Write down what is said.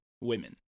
women